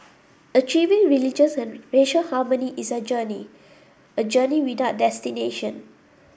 achieving religious and racial harmony is a journey a journey without destination